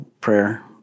prayer